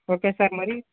okay sir మరి